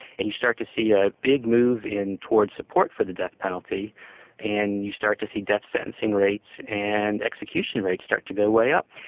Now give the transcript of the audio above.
and you start to see a big move towards support for the death penalty and you start to see death sentencing rates and execution rates start to go way up.